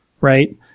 Right